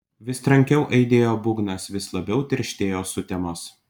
vis trankiau aidėjo būgnas vis labiau tirštėjo sutemos